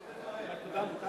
אני מבקש, דברים.